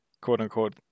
quote-unquote